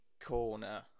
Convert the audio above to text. corner